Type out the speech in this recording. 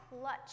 clutch